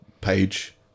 page